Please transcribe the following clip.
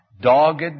dogged